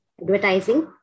advertising